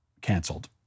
canceled